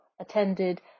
attended